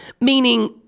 meaning